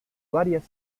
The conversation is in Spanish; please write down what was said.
varias